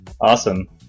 Awesome